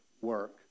work